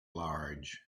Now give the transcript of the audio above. large